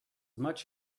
much